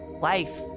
life